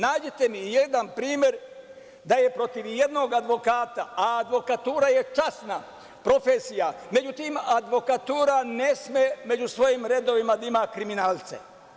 Nađite mi jedan primer da je protiv jednog advokata, a advokatura je časna profesija, međutim, advokatura ne sme među svojim redovima da ima kriminalce.